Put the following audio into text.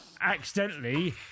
accidentally